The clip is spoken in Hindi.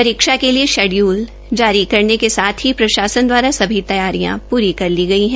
परीक्षा के लिए शेड्यूल जारी करने के साथ ही प्रशासन द्वारा सभी तैयारियां पूरी कर ली गई है